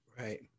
Right